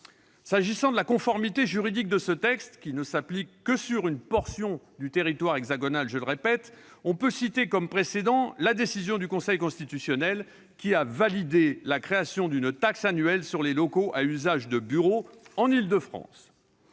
S'agissant de la conformité juridique de ce texte, qui ne s'applique que sur une portion du territoire hexagonal, on peut citer des précédents, comme la décision du Conseil constitutionnel qui a validé la création d'une taxe annuelle sur les locaux à usage de bureaux en Île-de-France.